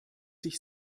sich